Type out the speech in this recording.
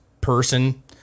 person